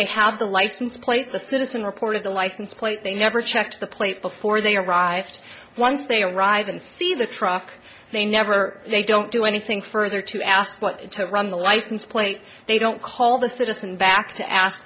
don't have the license plate the citizen report of the license plate they never checked the plate before they arrived once they arrive and see the truck they never they don't do anything further to ask what it to run the license plate they don't call the citizen back to ask